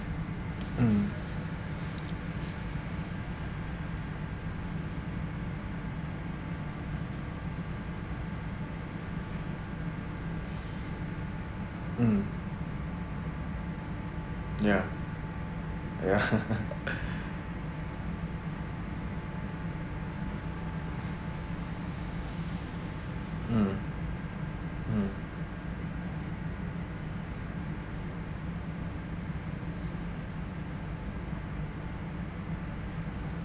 mm mm ya ya mm mm